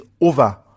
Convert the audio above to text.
over